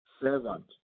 servant